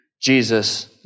Jesus